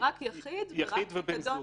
יחיד ובן זוג.